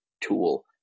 tool